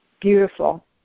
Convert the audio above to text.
beautiful